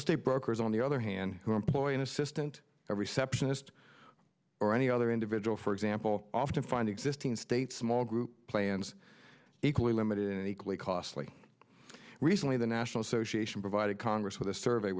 estate brokers on the other hand who employ an assistant a receptionist or any other individual for example often find existing state small group plans equally limited and equally costly recently the national association provided congress with a survey